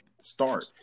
start